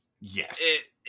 Yes